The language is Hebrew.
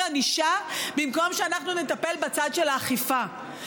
ענישה במקום שאנחנו נטפל בצד של האכיפה.